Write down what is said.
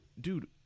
dude